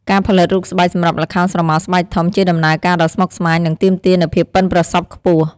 ការផលិតរូបស្បែកសម្រាប់ល្ខោនស្រមោលស្បែកធំជាដំណើរការដ៏ស្មុគស្មាញ និងទាមទារនូវភាពប៉ិនប្រសប់ខ្ពស់។